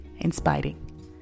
Inspiring